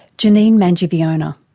janine manjiviona.